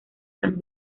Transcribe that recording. san